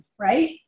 right